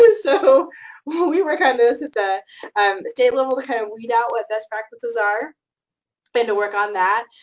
and so we work on this at the um the state level to kind of weed out what best practices are and to work on that.